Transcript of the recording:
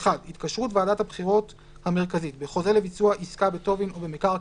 (1)התקשרות ועדת הבחירות המרכזית בחוזה לביצוע עסקה בטובין או במקרקעין,